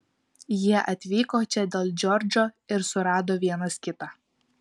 jie atvyko čia dėl džordžo ir surado vienas kitą